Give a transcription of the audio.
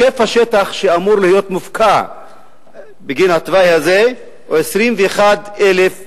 השטח שאמור להיות מופקע בגין התוואי הזה הוא 21,000 דונם.